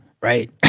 right